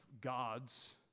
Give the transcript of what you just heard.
gods